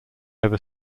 ever